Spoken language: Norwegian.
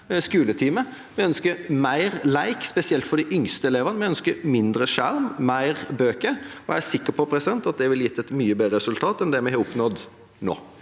Vi ønsker mer lek, spesielt for de yngste elevene. Vi ønsker mindre skjerm, mer bøker, og jeg er sikker på at det ville gitt et mye bedre resultat enn det vi har oppnådd nå.